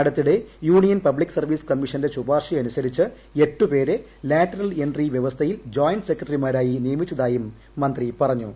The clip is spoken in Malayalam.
അടുത്തിടെ ്യൂണിയൻ പബ്ലിക് സർവ്വീസ് കമ്മീഷന്റെ ശുപാർശയനുസൂരിച്ച് എട്ടുപേരെ ലാറ്ററൽ എൻട്രി വൃവസ്ഥയിൽ ജോയിന്റ് ക്രെക്ടറിമാരായി നിയമിച്ചതായും മന്ത്രി പറഞ്ഞു